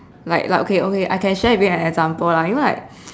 like like okay okay I can share with you an example lah you know like